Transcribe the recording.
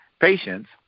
patients